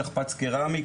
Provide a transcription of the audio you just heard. שכפ"צ קרמי,